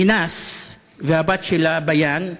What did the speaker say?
אינאס והבת שלה ביאן,